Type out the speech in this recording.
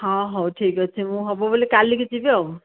ହଁ ହଉ ଠିକ ଅଛି ମୁଁ ହେବ ବୋଇଲେ କାଲିକି ଯିବି ଆଉ